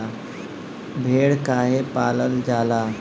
भेड़ काहे पालल जाला?